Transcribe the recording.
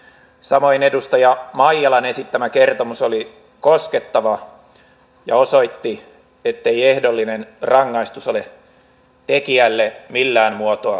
samoin edustaja maijalan esittämä kertomus oli koskettava ja osoitti ettei ehdollinen rangaistus ole tekijälle millään muotoa riittävä